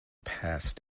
passed